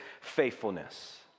faithfulness